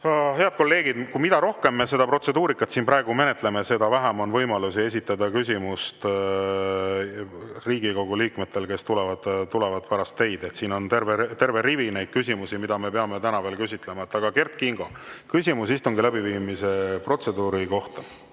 Head kolleegid, mida rohkem me neid protseduurikaid siin praegu menetleme, seda vähem on võimalust esitada küsimus Riigikogu liikmetel, kes tulevad pärast teid. Siin on terve rivi küsimusi, mida me peame täna veel käsitlema. Aga Kert Kingo, küsimus istungi läbiviimise protseduuri kohta.